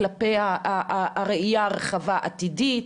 כלפי הראייה הרחבה העתידית,